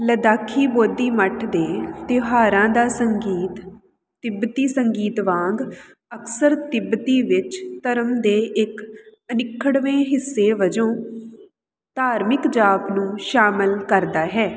ਲੱਦਾਖੀ ਬੋਧੀ ਮੱਠ ਦੇ ਤਿਉਹਾਰਾਂ ਦਾ ਸੰਗੀਤ ਤਿੱਬਤੀ ਸੰਗੀਤ ਵਾਂਗ ਅਕਸਰ ਤਿੱਬਤੀ ਵਿੱਚ ਧਰਮ ਦੇ ਇੱਕ ਅਨਿੱਖੜਵੇਂ ਹਿੱਸੇ ਵਜੋਂ ਧਾਰਮਿਕ ਜਾਪ ਨੂੰ ਸ਼ਾਮਲ ਕਰਦਾ ਹੈ